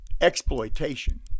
exploitation